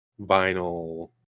vinyl